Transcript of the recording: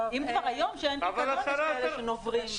אם כבר היום כשאין פיקדון יש כאלה שנוברים.